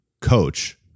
coach